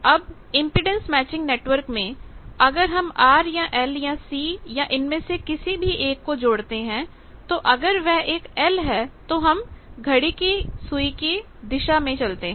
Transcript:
अब impedance matching network मेंअगर हम R या L या C या इनमें से किसी भी एक को जोड़ते हैं तो अगर वह एक L है तो हम घड़ी की सुई की दिशा में चलते हैं